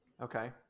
Okay